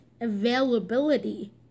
availability